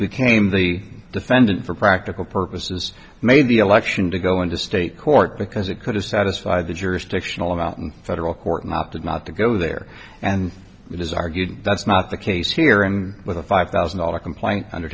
became the defendant for practical purposes made the election to go into state court because it couldn't satisfy the jurisdictional amount in federal court and opted not to go there and it is argued that's not the case here and with a five thousand dollar complaint under